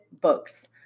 books